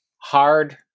hard